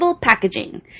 packaging